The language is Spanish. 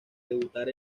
debutar